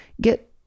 Get